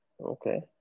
Okay